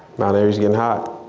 mount airy's gettin' hot.